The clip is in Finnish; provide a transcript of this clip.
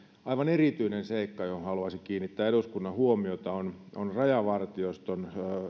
aivan erityinen seikka johon haluaisin kiinnittää eduskunnan huomiota on on rajavartioston